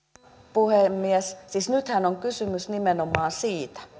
puhemies siis nythän on kysymys nimenomaan siitä